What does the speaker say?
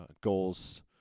goals